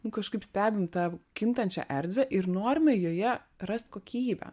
nu kažkaip stebim tą kintančią erdvę ir norime joje rast kokybę